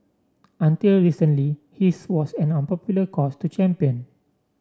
until recently his was an unpopular cause to champion